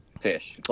fish